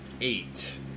eight